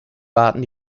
warten